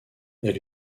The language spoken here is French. elle